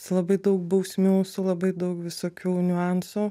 su labai daug bausmių su labai daug visokių niuansų